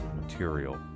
material